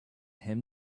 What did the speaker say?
him